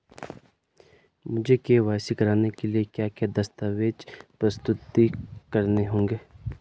मुझे के.वाई.सी कराने के लिए क्या क्या दस्तावेज़ प्रस्तुत करने होंगे?